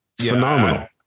phenomenal